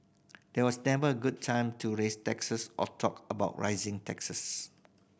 there was never a good time to raise taxes or talk about raising taxes